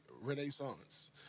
Renaissance